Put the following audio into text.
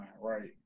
right